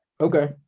Okay